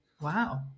Wow